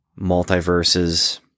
multiverses